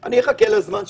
אני אחכה לזמן שיצטרכו.